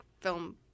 film